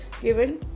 given